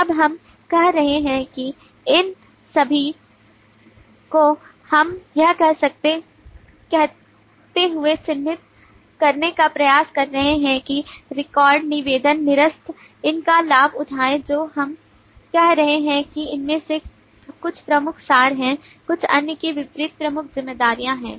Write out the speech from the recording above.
अब हम कह रहे हैं कि इन सभी को हम यह कहते हुए चिन्हित करने का प्रयास कर रहे हैं कि रिकॉर्ड निवेदन निरस्त इन का लाभ उठाएं जो हम कह रहे हैं कि इनमें से कुछ प्रमुख सार हैं कुछ अन्य के विपरीत प्रमुख जिम्मेदारियां हैं